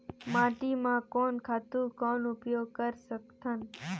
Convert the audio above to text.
माटी म कोन खातु कौन उपयोग कर सकथन?